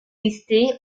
listée